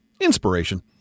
Inspiration